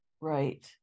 right